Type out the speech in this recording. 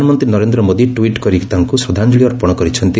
ପ୍ରଧାନମନ୍ତ୍ରୀ ନରେନ୍ଦ୍ର ମୋଦି ଟ୍ୱିଟ୍ କରି ତାଙ୍କୁ ଶ୍ରଦ୍ଧାଞ୍ଜଳି ଅର୍ପଣ କରିଛନ୍ତି